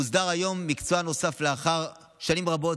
מוסדר היום מקצוע נוסף לאחר שנים רבות,